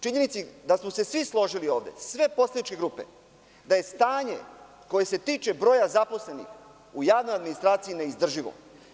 Činjenici da smo se svi ovde složili, sve poslaničke grupe da je stanje koje se tiče broja zaposlenih u javnoj administraciji neizdrživo.